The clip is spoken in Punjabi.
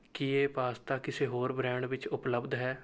ਕੀ ਇਹ ਪਾਸਤਾ ਕਿਸੇ ਹੋਰ ਬ੍ਰਾਂਡ ਵਿੱਚ ਉਪਲਬਧ ਹੈ